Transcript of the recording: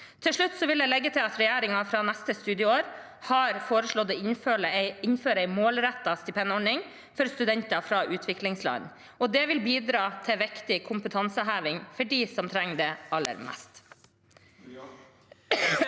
Til slutt vil jeg legge til at regjeringen fra neste studieår har foreslått å innføre en målrettet stipendord ning for studenter fra utviklingsland. Det vil bidra til viktig kompetanseheving for dem som trenger det aller mest.